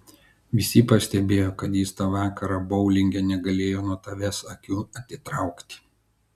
visi pastebėjo kad jis tą vakarą boulinge negalėjo nuo tavęs akių atitraukti